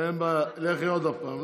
אין בעיה, לכי עוד פעם.